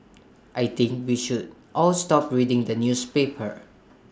I think we should all stop reading the newspaper